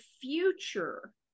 future